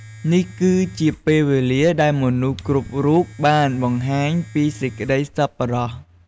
នេះគឺជាពេលវេលាដែលមនុស្សគ្រប់រូបបានបង្ហាញពីសេចក្តីសប្បុរស។